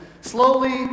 slowly